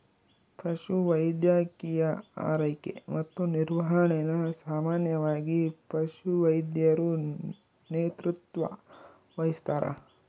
ಪಶುವೈದ್ಯಕೀಯ ಆರೈಕೆ ಮತ್ತು ನಿರ್ವಹಣೆನ ಸಾಮಾನ್ಯವಾಗಿ ಪಶುವೈದ್ಯರು ನೇತೃತ್ವ ವಹಿಸ್ತಾರ